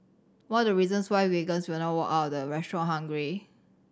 one of the reasons why vegans will not walk out of the restaurant hungry